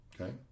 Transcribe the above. okay